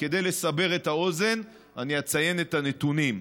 כדי לסבר את האוזן אני אציין את הנתונים: